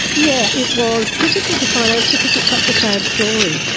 yeah it was difficult to finance because it's such a sad story,